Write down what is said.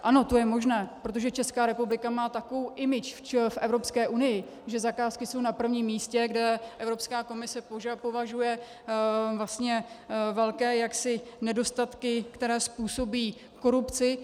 Ano, to je možné, protože Česká republika má takovou image v Evropské unii, že zakázky jsou na prvním místě, kde Evropská komise považuje vlastně velké nedostatky, které způsobí korupci.